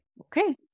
okay